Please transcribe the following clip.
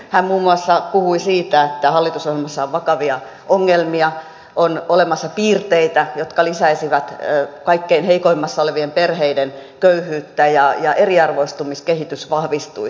hän muun muassa puhui siitä että hallitusohjelmassa on vakavia ongelmia on olemassa piirteitä jotka lisäisivät kaikkein heikoimmassa asemassa olevien perheiden köyhyyttä ja eriarvoistumiskehitys vahvistuisi